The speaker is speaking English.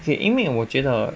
okay 因为我觉得